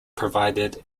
provided